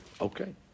Okay